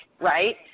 right